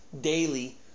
daily